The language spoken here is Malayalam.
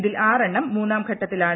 ഇതിൽ ആറ് എണ്ണം മൂന്നാം ഘട്ടത്തിലാണ്